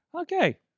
Okay